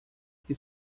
que